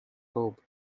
hope